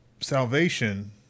salvation